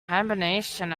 hibernation